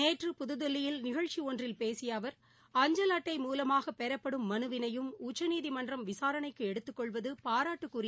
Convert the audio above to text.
நேற்று புதுதில்லியில் நிகழ்ச்சி ஒன்றில் பேசிய அவர் அஞ்சல் அட்டை மூலமாக பெறப்படும் மனுவினையும் உச்சநீதிமன்றம் விசாரணைக்கு எடுத்துக் கொள்வது பாராட்டுக்குரியது என்றா்